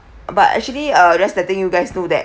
but actually uh just letting you guys know that